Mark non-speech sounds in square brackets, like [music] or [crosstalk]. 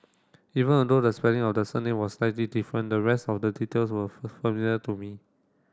even a though the spelling of the surname was slightly different the rest of the details were [unintelligible] familiar to me